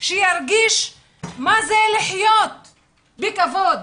שירגיש מה זה לחיות בכבוד.